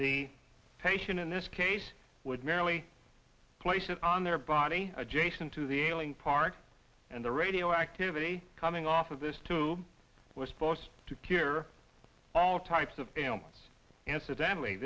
the patient in this case would merely place it on their body adjacent to the ailing part and the radioactivity coming off of this too was supposed to cure all types of things incidentally